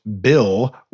Bill